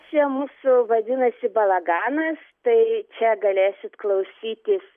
čia mūsų vadinasi balaganas tai čia galėsit klausytis